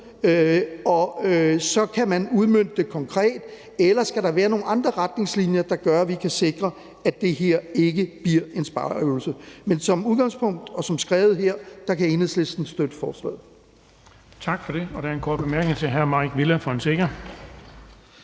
og så kan man udmønte dem konkret, eller skal der være nogle andre retningslinjer, der gør, at vi kan sikre, at det her ikke bliver en spareøvelse. Men som udgangspunkt, og som skrevet her, kan Enhedslisten støtte forslaget. Kl. 10:55 Den fg. formand (Erling Bonnesen): Tak for det. Der en kort